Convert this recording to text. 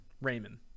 Raymond